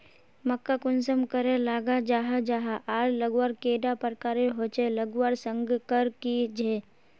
मक्का कुंसम करे लगा जाहा जाहा आर लगवार कैडा प्रकारेर होचे लगवार संगकर की झे?